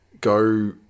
go